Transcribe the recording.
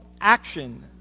action